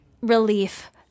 relief